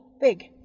big